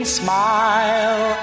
smile